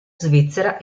svizzera